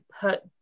put